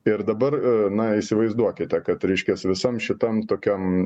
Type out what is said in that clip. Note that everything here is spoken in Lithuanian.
ir dabar na įsivaizduokite kad reiškias visam šitam tokiam